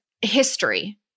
history